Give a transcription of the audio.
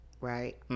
right